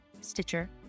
Stitcher